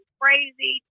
crazy